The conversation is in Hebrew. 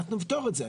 אנחנו נפתור את זה.